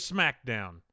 SmackDown